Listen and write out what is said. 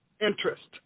interest